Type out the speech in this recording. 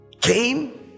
came